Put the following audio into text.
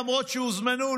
למרות שהוזמנו,